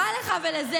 מה לך לזה?